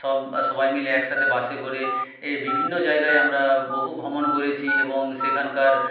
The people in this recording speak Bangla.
সব সবাই মিলে একসাথে বাসে করে বিভিন্ন জায়গায় আমরা বহু ভ্রমণ করেছি এবং সেখানকার